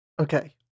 okay